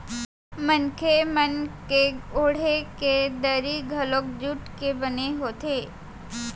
मनखे मन के ओड़हे के दरी घलोक जूट के बने होथे